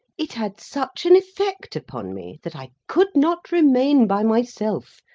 it had such an effect upon me, that i could not remain by myself,